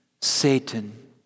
Satan